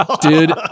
Dude